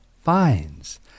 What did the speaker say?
finds